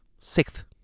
sixth